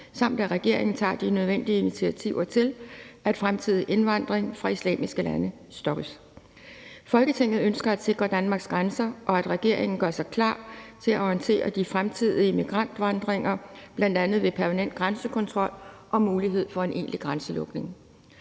samt at regeringen tager de nødvendige initiativer til, at fremtidig indvandring fra islamiske lande stoppes. Folketinget ønsker at sikre Danmarks grænser, og at regeringen gør sig klar til at håndtere de fremtidige migrantvandringer, bl.a. ved permanent grænsekontrol og mulighed for en egentlig grænselukning.